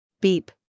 Beep